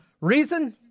Reason